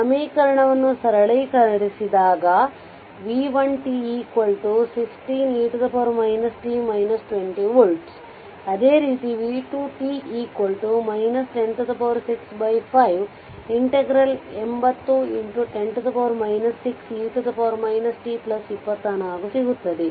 ಸಮೀಕರಣವನ್ನು ಸರಳೀಕರಿಸಿದಾಗ v1tvolts ಅದೇ ರೀತಿ v2t 1065 80x10 6e t24 ಸಿಗುತ್ತದೆ